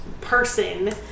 person